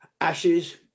ashes